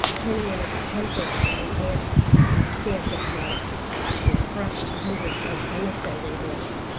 turning in a temper to the ant-heap he stamped upon it and crushed hundreds of unoffending ants.